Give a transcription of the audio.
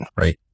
Right